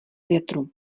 větru